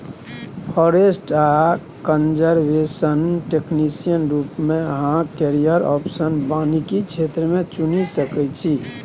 forest आ conservation technician रुप मे अहाँ कैरियर आप्शन बानिकी क्षेत्र मे चुनि सकै छी